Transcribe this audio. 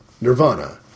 Nirvana